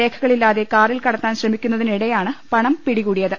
രേഖകളില്ലാതെ കാറിൽ കടത്താൻ ശ്രമിക്കുന്നതിനിടെയാണ് പണം പിടികൂടിയത്